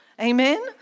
Amen